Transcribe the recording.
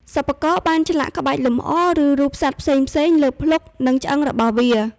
សិប្បករបានឆ្លាក់ក្បាច់លម្អ ឬរូបសត្វផ្សេងៗលើភ្លុក និងឆ្អឹងរបស់វា។